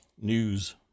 news